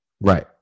Right